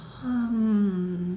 um